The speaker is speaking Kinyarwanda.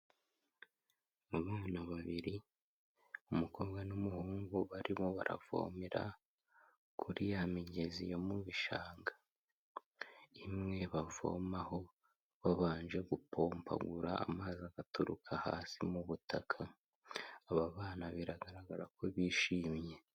Abana babiri, umukobwa n'umuhungu barimo baravomera kuri ya migezi yo mu bishanga, imwe bavomaho babanje gupompagura amazi aturuka hasi mu butaka, aba bana biragaragara ko bishimye.